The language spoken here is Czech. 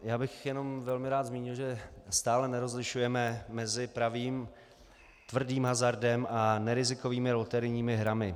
Já bych jenom velmi rád zmínil, že stále nerozlišujeme mezi pravým, tvrdým hazardem a nerizikovými loterijními hrami.